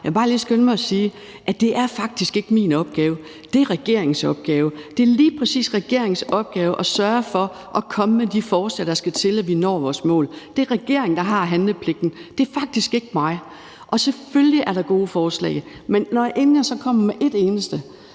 vil jeg også skynde mig lige at sige, at det faktisk ikke er min opgave. Det er regeringens opgave. Det er lige præcis regeringens opgave at sørge for at komme med de forslag, der skal til, for at vi når vores mål. Det er regeringen, der har handlepligten. Det er faktisk ikke mig. Selvfølgelig er der gode forslag, men inden jeg kommer med et eneste,